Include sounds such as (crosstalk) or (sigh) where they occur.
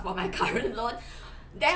for my current loan (laughs) then